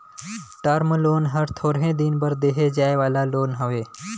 term loan हर थोरहें दिन बर देहे जाए वाला लोन हवे